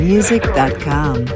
Music.com